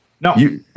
No